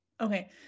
Okay